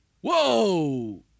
Whoa